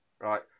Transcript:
right